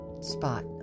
spot